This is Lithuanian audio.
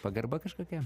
pagarba kažkokia